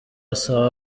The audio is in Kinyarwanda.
asaba